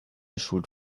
schuld